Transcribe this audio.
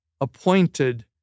appointed